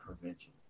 prevention